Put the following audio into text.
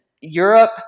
Europe